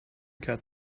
cats